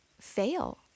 fail